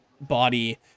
body